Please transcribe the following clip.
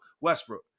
Westbrook